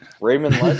Raymond